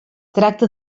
tracta